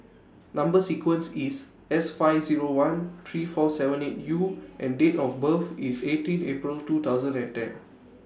Number sequence IS S five Zero one three four seven eight U and Date of birth IS eighteen April two thousand and ten